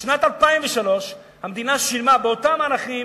בשנת 2003 המדינה שילמה, באותם ערכים,